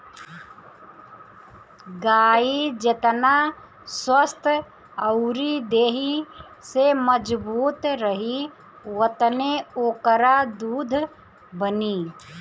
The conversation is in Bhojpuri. गाई जेतना स्वस्थ्य अउरी देहि से मजबूत रही ओतने ओकरा दूध बनी